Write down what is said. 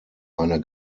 eine